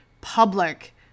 public